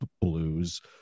blues